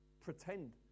pretend